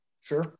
Sure